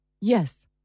Yes